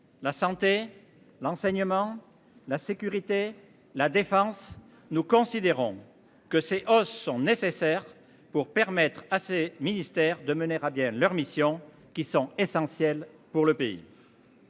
la santé, l'enseignement, la sécurité, la défense. Nous considérons que ces hausses sont nécessaires pour permettre à ses ministères de mener à bien leur mission qui sont essentiels pour le pays.